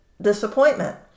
disappointment